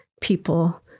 people